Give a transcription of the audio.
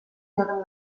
deren